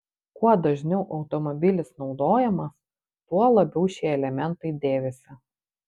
kuo dažniau automobilis naudojamas tuo labiau šie elementai dėvisi